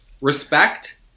Respect